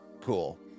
cool